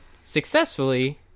successfully